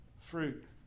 fruit